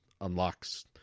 unlocks